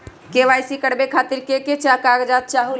KYC करवे खातीर के के कागजात चाहलु?